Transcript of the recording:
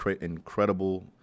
incredible